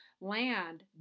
land